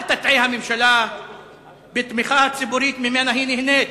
אל תטעה הממשלה בתמיכה הציבורית שממנה היא נהנית.